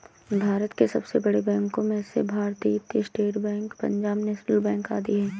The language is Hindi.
भारत के सबसे बड़े बैंको में से Bharatiya state bank, Punjab national bank आदि है